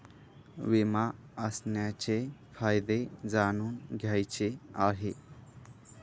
विमा असण्याचे फायदे जाणून घ्यायचे आहे